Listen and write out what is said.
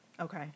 Okay